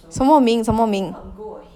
什么名什么名